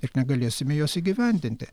ir negalėsime juos įgyvendinti